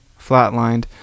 flatlined